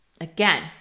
Again